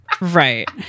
Right